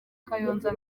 kayonza